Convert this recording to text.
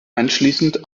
anschließend